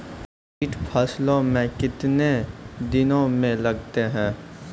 कीट फसलों मे कितने दिनों मे लगते हैं?